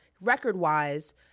record-wise